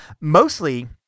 Mostly